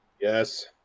Yes